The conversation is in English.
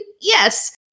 Yes